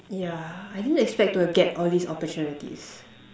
yeah I didn't expect to get all these opportunities